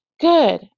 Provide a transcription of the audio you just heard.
Good